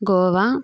Goa